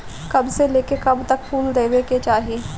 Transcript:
कब से लेके कब तक फुल देवे के चाही?